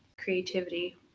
Creativity